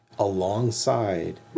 Alongside